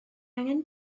angen